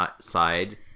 side